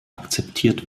akzeptiert